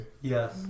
Yes